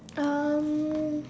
um